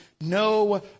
no